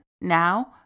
now